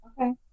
Okay